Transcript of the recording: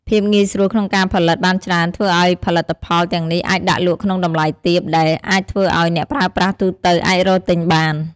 ភាពងាយស្រួលក្នុងការផលិតបានច្រើនធ្វើឱ្យផលិតផលទាំងនេះអាចដាក់លក់ក្នុងតម្លៃទាប ដែលអាចធ្វើឱ្យអ្នកប្រើប្រាស់ទូទៅអាចរកទិញបាន។